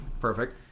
Perfect